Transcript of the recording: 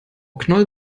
knoll